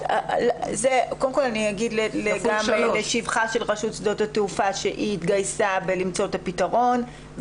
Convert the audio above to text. שההסדר בכלל לגבי הפעילות העסקית של נתב"ג מוסדרת בתקנות אחרות,